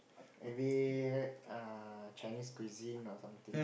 maybe uh Chinese cuisine or something